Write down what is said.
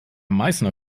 meißner